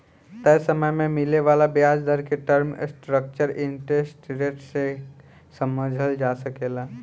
तय समय में मिले वाला ब्याज दर के टर्म स्ट्रक्चर इंटरेस्ट रेट के से समझल जा सकेला